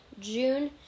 June